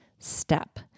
step